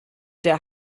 der